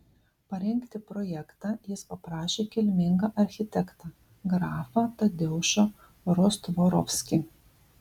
parengti projektą jis paprašė kilmingą architektą grafą tadeušą rostvorovskį